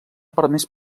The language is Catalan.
permès